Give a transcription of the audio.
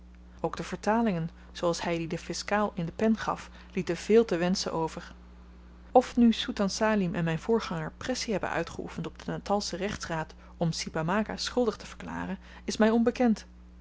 ook de vertalingen zooals hy die den fiskaal in den pen gaf lieten veel te wenschen over of nu soetan salim en myn voorganger pressie hebben uitgeoefend op den natalschen rechtsraad om si pamaga schuldig te verklaren is my onbekend